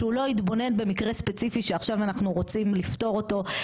שהוא לא יתבונן במקרה ספציפי שעכשיו אנחנו רוצים לפתור אותו,